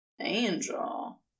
Angel